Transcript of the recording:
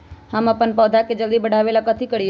हम अपन पौधा के जल्दी बाढ़आवेला कथि करिए?